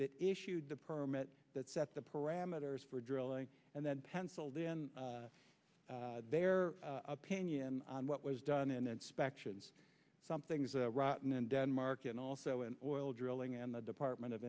issued the permit that set the parameters for drilling and then penciled in their opinion on what was done in inspections something's rotten in denmark and also in oil drilling and the department of